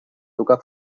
tocar